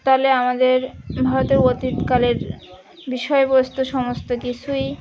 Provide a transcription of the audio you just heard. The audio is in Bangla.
তাহলে আমাদের হয়তো অতীত কালের বিষয়বস্তু সমস্ত কিছুই